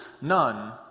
None